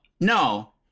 no